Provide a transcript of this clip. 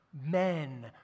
men